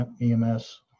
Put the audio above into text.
EMS